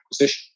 acquisition